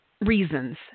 reasons